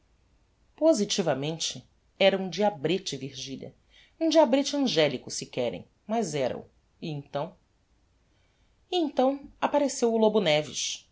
positivamente era um diabrete virgilia um diabrete angelico se querem mas era-o e então e então appareceu o lobo neves